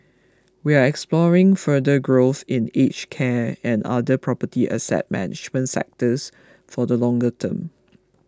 we are exploring further growth in aged care and other property asset management sectors for the longer term